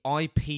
IP